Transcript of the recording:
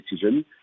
decision